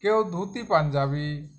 কেউ ধুতি পাঞ্জাবি